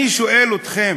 אני שואל אתכם: